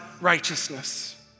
righteousness